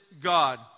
God